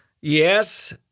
yes